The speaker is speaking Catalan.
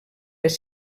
les